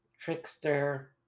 trickster